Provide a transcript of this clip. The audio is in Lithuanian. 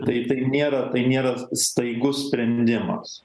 tai tai nėra tai nėra staigus sprendimas